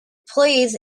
plays